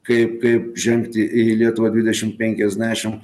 kaip kaip žengti į lietuvą dvidešimt penkiasdešimt